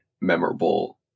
memorable